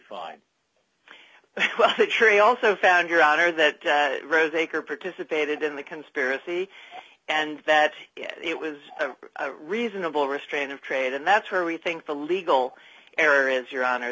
i also found your honor that rose acre participated in the conspiracy and that it was a reasonable restraint of trade and that's where we think the legal error is your honor